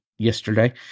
Yesterday